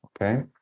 okay